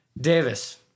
Davis